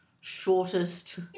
shortest